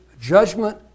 judgment